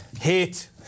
Hit